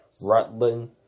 Rutland